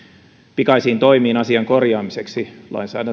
pikaisiin toimiin asian korjaamiseksi